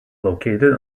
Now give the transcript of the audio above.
located